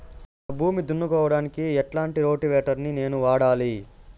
నా భూమి దున్నుకోవడానికి ఎట్లాంటి రోటివేటర్ ని నేను వాడాలి?